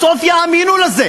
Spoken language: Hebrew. בסוף יאמינו בזה.